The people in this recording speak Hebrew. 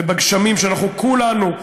ובגשמים שאנחנו כולנו,